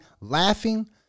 laughing